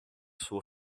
suo